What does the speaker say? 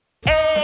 Hey